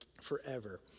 forever